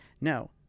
No